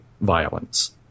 violence